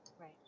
Right